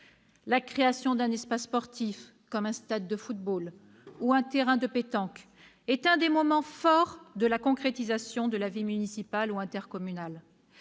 La création d'un espace sportif, comme un stade de football ou un terrain de pétanque, est un des moments forts de la concrétisation de la vie municipale ou intercommunale.